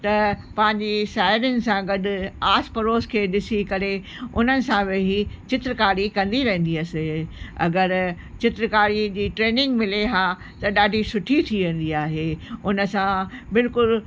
त पंहिंजी साहेड़ियुनि सां गॾु आस पड़ोस खे ॾिसी करे उन्हनि सां वेही चित्रकारी कंदी रहंदी हुअसि अगरि चित्रकारीअ जी ट्रेनिंग मिले हा त ॾाढी सुठी थी वेंदी आहे हुन सां बिल्कुलु